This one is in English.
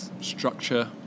structure